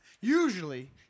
usually